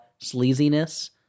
sleaziness